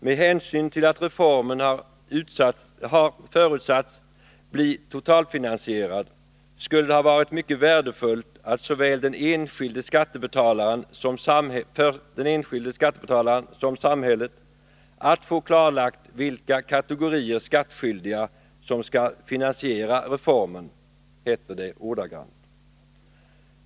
”Med hänsyn till att reformen har förutsatts bli totalfinansierad skulle det ha varit mycket värdefullt för såväl den enskilde skattebetalaren som samhället att få klarlagt vilka kategorier skattskyldiga som skall finansiera reformen” , heter det ordagrant.